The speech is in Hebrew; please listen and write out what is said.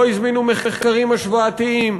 לא הזמינו מחקרים השוואתיים,